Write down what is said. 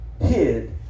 hid